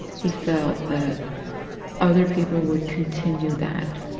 he felt that other people would continue that,